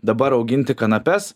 dabar auginti kanapes